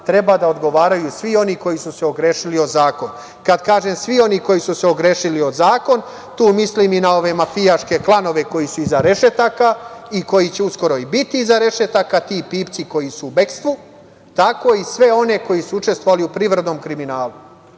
treba da odgovaraju svi oni koji su se ogrešili o zakon. Kad kažem – svi oni koji su se ogrešili o zakon, tu mislim i na one mafijaške klanove koji su iza rešetaka i koji će uskoro i biti iza rešetaka, ti pipci koji su u bekstvu, tako i sve one koji su učestvovali u privrednom kriminalu. Nadam